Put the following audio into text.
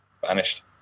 vanished